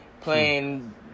playing